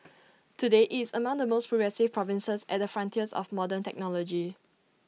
today IT is among the most progressive provinces at the frontiers of modern technology